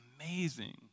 amazing